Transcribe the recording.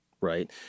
Right